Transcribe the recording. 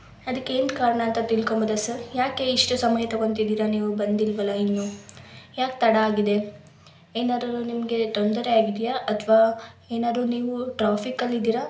ಅದಕ್ಕೇನ್ ಕಾರಣ ಅಂತ ತಿಳ್ಕೋಬೋದಾ ಸರ್ ಯಾಕೆ ಇಷ್ಟು ಸಮಯ ತಗೊತಿದಿರ ನೀವು ಬಂದಿಲ್ಲವಲ್ಲ ಇನ್ನೂ ಯಾಕೆ ತಡ ಆಗಿದೆ ಏನಾರು ನಿಮಗೆ ತೊಂದರೆ ಆಗಿದೆಯಾ ಅಥವಾ ಏನಾರು ನೀವು ಟ್ರೊಫಿಕ್ಕಲ್ಲಿದ್ದೀರಾ